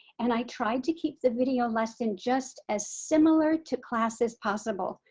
and i tried to keep the video lesson just as similar to class as possible.